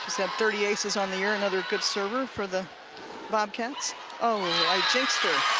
she's had thirty aces on the year, another good server for the bobcats oh, i jjinxed her.